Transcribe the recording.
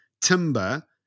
timber